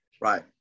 Right